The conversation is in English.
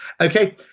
Okay